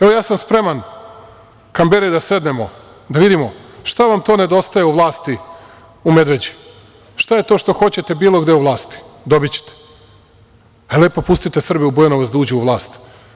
Evo, ja sam spreman, Kamberi, da sednemo, da vidimo šta vam to nedostaje u vlasti u Medveđi, šta je to što hoćete bilo gde u vlasti, dobićete, a vi lepo pustite Srbe u Bujanovac da uđu u vlast.